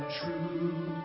true